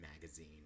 magazine